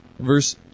Verse